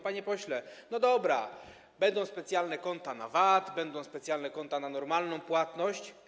Panie pośle, dobrze, będą specjalne konta na VAT, będą specjalne konta na normalną płatność.